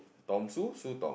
Tom Sue Sue Tom